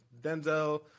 Denzel